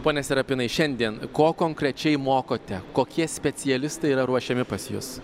pone serapinai šiandien ko konkrečiai mokote kokie specialistai yra ruošiami pas jus